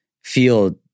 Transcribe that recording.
feel